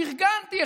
פרגנתי,